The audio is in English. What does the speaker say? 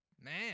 Man